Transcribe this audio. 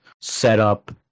setup